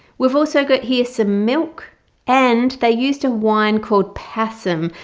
we've also got here some milk and they used a wine called passum.